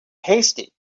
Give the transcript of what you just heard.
hasty